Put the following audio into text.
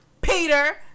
Peter